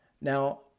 Now